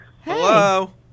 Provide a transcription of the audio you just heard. hello